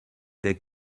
der